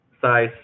size